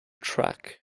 track